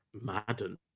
madden